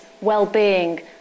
well-being